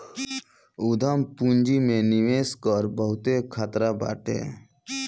उद्यम पूंजी में निवेश कअ बहुते खतरा बाटे